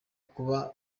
kuba